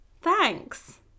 thanks